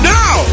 now